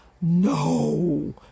no